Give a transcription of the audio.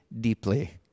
deeply